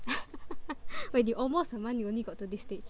wait you almost a month you only got to this stage